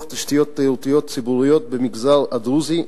תשתיות תיירותיות ציבוריות במגזר הדרוזי,